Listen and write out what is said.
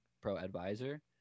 pro-advisor